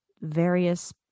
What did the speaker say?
various